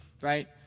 Right